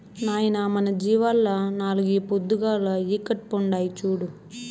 నాయనా మన జీవాల్ల నాలుగు ఈ పొద్దుగాల ఈకట్పుండాయి చూడు